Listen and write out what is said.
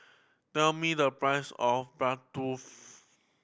tell me the price of Bratwurst